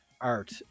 art